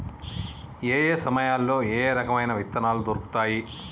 ఏయే సమయాల్లో ఏయే రకమైన విత్తనాలు దొరుకుతాయి?